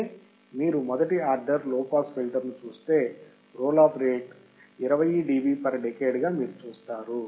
అంటే మీరు మొదటి ఆర్డర్ లో పాస్ ఫిల్టర్ను చూస్తే roll off rate 20 dB per decade మీరు చూస్తారు